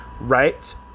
right